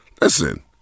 Listen